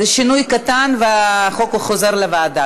שינוי קטן והחוק חוזר לוועדה.